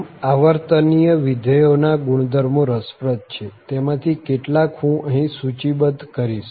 આમ આવર્તનીય વિધેયો ના ગુણધર્મો રસપ્રદ છે તેમાંથી કેટલાક હું અહીં સૂચિબદ્ધ કરીશ